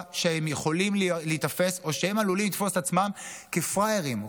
שהם יכולים להיתפס או עלולים לתפוס את עצמם כפראיירים,